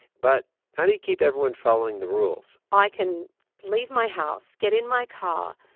but how do you keep everyone following the rules? i can leave my house, get in my car,